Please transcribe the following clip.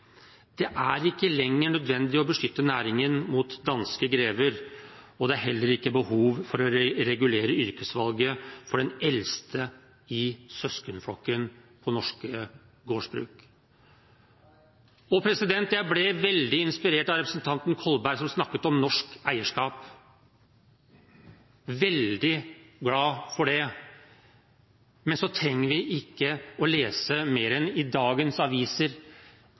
Det er ikke lenger nødvendig å beskytte næringen mot danske grever, og det er heller ikke behov for å regulere yrkesvalget for den eldste i søskenflokken på norske gårdsbruk. Jeg ble veldig inspirert av representanten Kolberg som snakket om norsk eierskap; jeg er veldig glad for det. Men vi trenger ikke å lese mer enn i dagens aviser